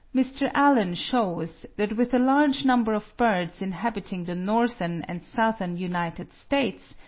mr. allen shews that with a large number of birds inhabiting the northern and southern united states,